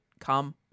come